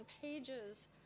pages